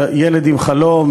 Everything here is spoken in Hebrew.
ילד עם חלום,